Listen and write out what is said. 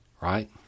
right